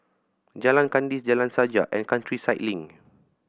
Jalan Kandis Jalan Sajak and Countryside Link